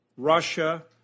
Russia